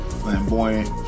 flamboyant